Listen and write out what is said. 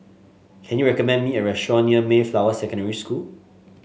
can you recommend me a restaurant near Mayflower Secondary School